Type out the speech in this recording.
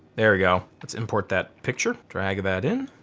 there we go, let's import that picture. drag that in.